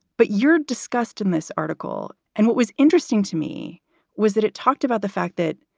but you're discussed in this article. and what was interesting to me was that it talked about the fact that,